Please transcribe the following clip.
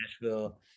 Nashville